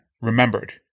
remembered